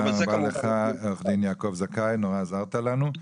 תודה רבה לך עורך דין יעקב זכאי, נורא עזרת לנו.